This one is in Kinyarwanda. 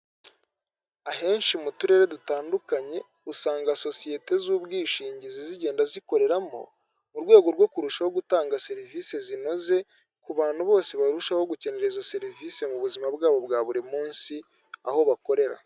Ahenshi mu turere dutandukanye usanga sosiyete z'ubwishingizi zigenda zikoreramo mu rwego rwo kurushaho gutanga serivisi zinoze ku bantu bose barushaho gukenera izo serivisi mu buzima bwabo bwa buri munsi aho bakorera.